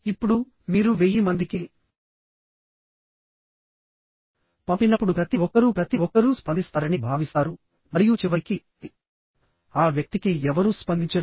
ఇప్పుడు మీరు 1000 మందికి పంపినప్పుడు ప్రతి ఒక్కరూ ప్రతి ఒక్కరూ స్పందిస్తారని భావిస్తారు మరియు చివరికి ఆ వ్యక్తికి ఎవరూ స్పందించరు